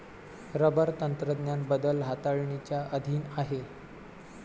rubber तंत्रज्ञान बदल हाताळणीच्या अधीन आहे